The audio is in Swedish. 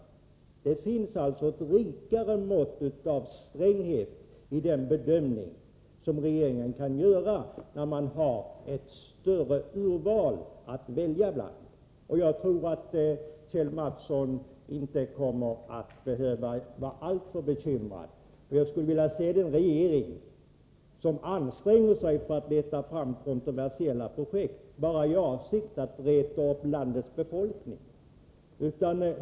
Regeringen kan alltså ha ett rikare mått av stränghet i sin bedömning när den har ett större urval att välja bland. Jag tror alltså att Kjell Mattsson inte skall behöva vara alltför bekymrad. Jag skulle vilja se den regering som anstränger sig för att leta fram kontroversiella projekt, i avsikt att reta upp landets befolkning!